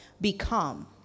Become